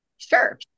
Sure